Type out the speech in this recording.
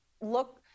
look